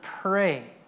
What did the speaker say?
pray